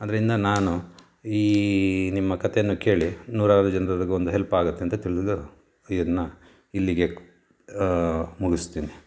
ಅದರಿಂದ ನಾನು ಈ ನಿಮ್ಮ ಕತೆಯನ್ನು ಕೇಳಿ ನೂರಾರು ಜನರುಗಳಿಗೊಂದು ಹೆಲ್ಪ್ ಆಗುತ್ತೆ ಅಂತ ತಿಳಿದು ಇದನ್ನ ಇಲ್ಲಿಗೆ ಮುಗಿಸ್ತೀನಿ